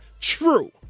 true